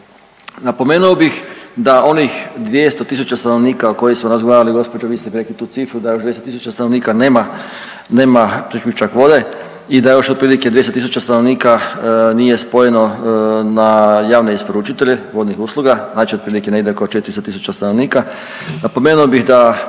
Napomenuo bih da onih 200 tisuća stanovnika koji su razgovarali, gospođo vi ste rekli tu cifru da 60000 stanovnika nema priključak vode i da još otprilike 200 000 stanovnika nije spojeno na javne isporučitelje vodnih usluga. Znači otprilike negdje oko 400 000 stanovnika.